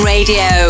Radio